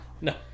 No